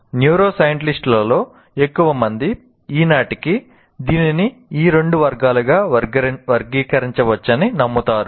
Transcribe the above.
neuro సైంటిస్టులలో ఎక్కువమంది ఈనాటికి దీనిని ఈ రెండు వర్గాలుగా వర్గీకరించవచ్చని నమ్ముతారు